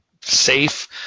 safe